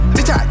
Bitch